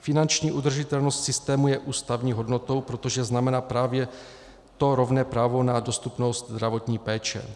Finanční udržitelnost systému je ústavní hodnotou, protože znamená právě to rovné právo na dostupnost zdravotní péče.